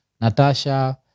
Natasha